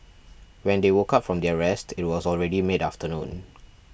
when they woke up from their rest it was already mid afternoon